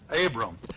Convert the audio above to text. Abram